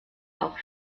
auch